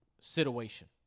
situation